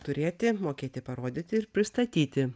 turėti mokėti parodyti ir pristatyti